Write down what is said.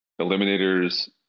eliminators